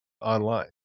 online